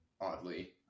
oddly